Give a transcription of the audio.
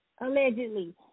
allegedly